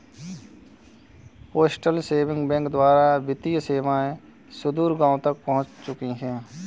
postal saving bank द्वारा वित्तीय सेवाएं सुदूर गाँवों तक पहुंच चुकी हैं